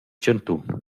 chantun